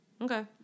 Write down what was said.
Okay